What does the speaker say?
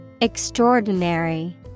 Extraordinary